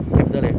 capital leh